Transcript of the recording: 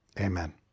Amen